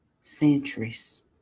centuries